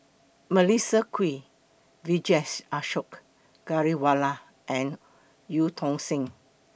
Melissa Kwee Vijesh Ashok Ghariwala and EU Tong Sen